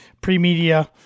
pre-media